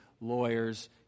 lawyers